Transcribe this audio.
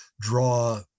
draw